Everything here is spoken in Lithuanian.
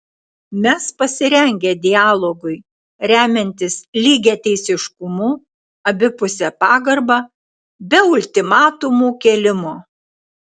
mes pasirengę dialogui remiantis lygiateisiškumu abipuse pagarba be ultimatumų kėlimo